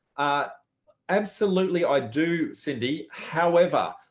ah absolutely. i do, cindy. however,